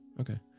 Okay